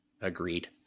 Agreed